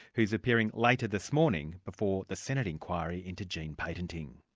who's appearing later this morning before the senate inquiry into gene patenting.